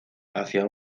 hacia